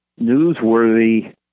newsworthy